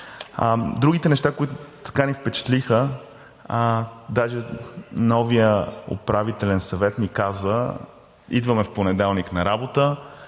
Другите неща, които ни впечатлиха. Даже новият Управителен съвет ни каза: идваме в понеделник на работа